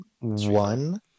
one